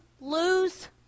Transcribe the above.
lose